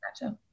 Gotcha